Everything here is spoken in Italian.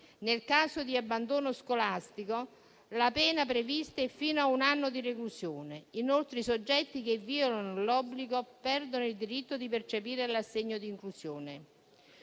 in caso di abbandono scolastico, la pena prevista è fino a un anno di reclusione. Inoltre, i soggetti che violano l'obbligo perdono il diritto di percepire l'assegno di inclusione.